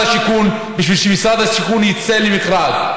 השיכון בשביל שמשרד השיכון יצא למכרז.